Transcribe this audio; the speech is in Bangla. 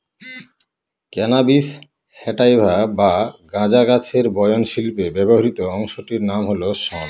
ক্যানাবিস স্যাটাইভা বা গাঁজা গাছের বয়ন শিল্পে ব্যবহৃত অংশটির নাম হল শন